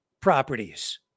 Properties